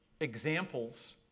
examples